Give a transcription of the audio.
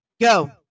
Go